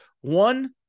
One